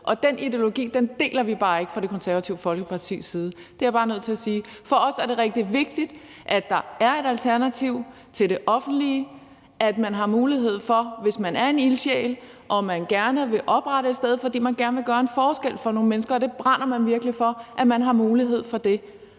Og den ideologi deler vi ikke fra Det Konservative Folkepartis side. Det er jeg bare nødt til at sige. For os er det rigtig vigtigt, at der er et alternativ til det offentlige; at man har mulighed for, hvis man er en ildsjæl og man gerne vil oprette et sted, fordi man gerne vil gøre en forskel for nogle mennesker og virkelig brænder for det,